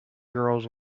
girls